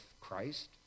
Christ